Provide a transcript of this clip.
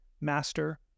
master